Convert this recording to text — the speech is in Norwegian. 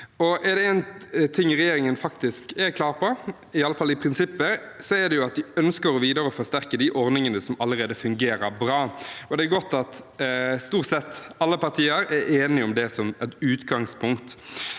Er det én ting regjeringen er klar på, i alle fall i prinsippet, er det at de ønsker videre å forsterke de ordningene som allerede fungerer bra. Det er godt at stort sett alle partier er enige om det som et utgangspunkt.